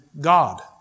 God